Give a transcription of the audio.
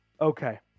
Okay